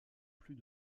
plus